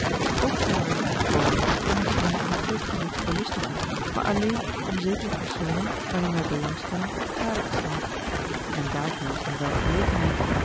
ook zijn wij er niet gekomen om ons meê in t feestgewoel te verlustigen maar alleen om zekere personen waarin wij belangstellen gade te slaan en daartoe is nu wel gelegenheid